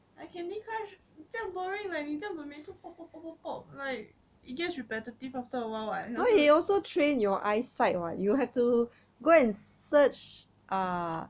ah candy crush 这样 boring 了你这么每次 pop pop pop pop pop like it gets repetitive after awhile [what]